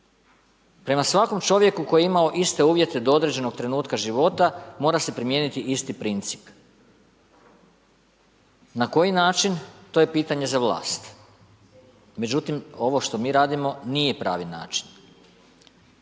Prema svakom čovjeku koji je imao iste uvjete do određenog trenutka života mora se primijeniti isti princip. Na koji način, to je pitanje za vlast, međutim ovo što mi radimo nije pravi način.